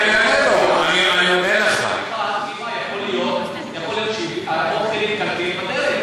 יכול להיות שהאוכל התקלקל בדרך.